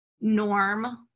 norm